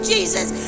Jesus